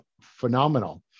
phenomenal